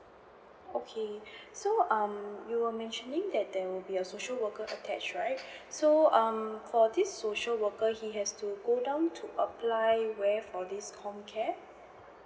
okay so um you were mentioning that there would be a social worker attached right so um for this social worker he has to go down to apply where for this C_O_M care